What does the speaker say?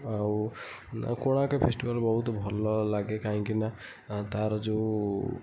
ଆଉ କୋଣାର୍କ ଫେଷ୍ଟିଭାଲ୍ ବହୁତ ଭଲଲାଗେ କାହିଁକିନା ତା'ର ଯୋଉ